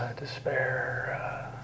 despair